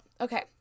okay